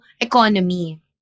economy